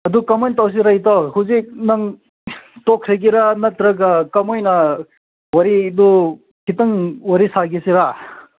ꯑꯗꯨ ꯀꯃꯥꯏꯅ ꯇꯧꯁꯤꯔ ꯏꯇꯥꯎ ꯍꯧꯖꯤꯛ ꯅꯪ ꯇꯣꯛꯈ꯭ꯔꯒꯦꯔ ꯅꯠꯇ꯭ꯔꯒ ꯀꯃꯥꯏꯅ ꯋꯥꯔꯤꯗꯨ ꯈꯤꯇꯪ ꯋꯥꯔꯤ ꯁꯥꯒꯤꯁꯤꯔ